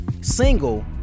single